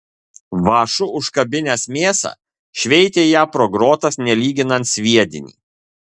vąšu užkabinęs mėsą šveitė ją pro grotas nelyginant sviedinį